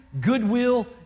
goodwill